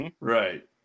right